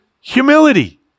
humility